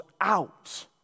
out